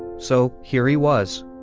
so here he was,